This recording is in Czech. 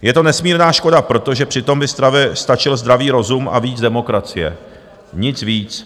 Je to nesmírná škoda, protože přitom by stačil zdravý rozum a víc demokracie, nic víc.